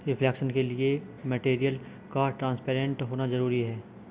reflection के लिए material का ट्रांसपेरेंट होना जरूरी है